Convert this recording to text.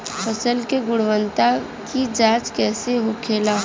फसल की गुणवत्ता की जांच कैसे होखेला?